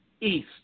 East